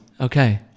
Okay